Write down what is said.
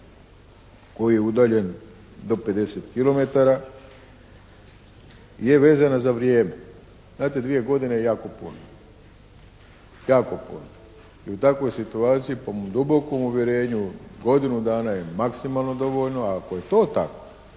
koji je udaljen od 50 kilometara je vezana za vrijeme. Znate dvije godine je jako puno. Jako puno. I u takvoj situaciji po mom dubokom uvjerenju godinu dana je maksimalno dovoljno. Ako je to tako